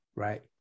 right